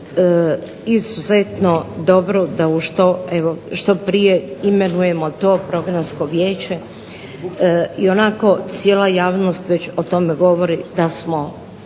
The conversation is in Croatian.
izuzetno dobro da što prije imenujemo to Programsko vijeće. Ionako cijela javnost već o tome govori da smo